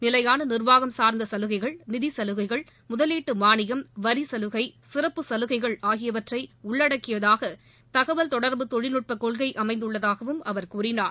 நிலையான நிர்வாகம் சார்ந்த சலுகைகள் நிதி சலுகைகள் முதலீட்டு மானியம் வரி சலுகை சிறப்பு சலுகைகள் ஆகியவற்றை உள்ளடக்கியதாக தகவல் தொடர்பு தொழில்நுட்ப கொள்கை அமைந்துள்ளதாகவும் அவர் கூறினார்